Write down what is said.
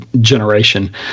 generation